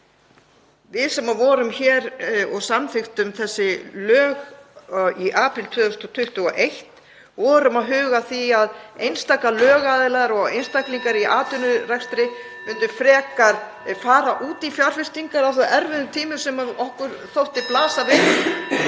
Við sem vorum hér og samþykktum þessi lög í apríl 2021 vorum að huga að því að einstaka lögaðilar og einstaklingar í atvinnurekstri myndu frekar fara út í fjárfestingar á þeim erfiðu tímum sem okkur þóttu blasa við